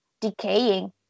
decaying